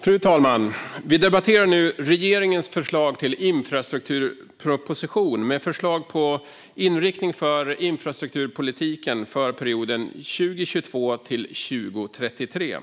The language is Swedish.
Fru talman! Vi debatterar nu regeringens förslag till infrastrukturproposition med förslag på inriktningen för infrastrukturpolitiken för perioden 2022-2033.